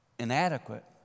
inadequate